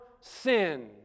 sin